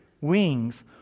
wings